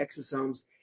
exosomes